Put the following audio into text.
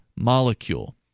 molecule